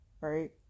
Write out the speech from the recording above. Right